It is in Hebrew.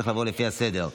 וצריך לעבור לפי הסדר.